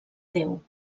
déu